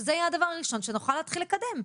שזה יהיה הדבר הראשון שנוכל להתחיל לקדם.